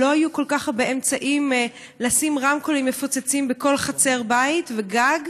לא היו כל כך הרבה אמצעים לשים רמקולים מפוצצים בכל חצר בית וגג,